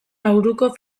nauruko